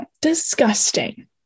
Disgusting